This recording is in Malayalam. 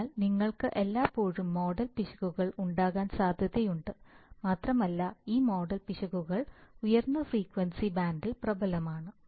അതിനാൽ നിങ്ങൾക്ക് എല്ലായ്പ്പോഴും മോഡൽ പിശകുകൾ ഉണ്ടാകാൻ സാധ്യതയുണ്ട് മാത്രമല്ല ഈ മോഡൽ പിശകുകൾ ഉയർന്ന ഫ്രീക്വൻസി ബാൻഡിൽ പ്രബലമാണ്